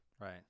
right